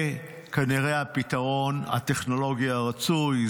זה כנראה הפתרון הטכנולוגי הרצוי,